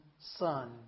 son